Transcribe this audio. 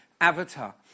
Avatar